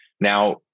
Now